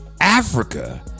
Africa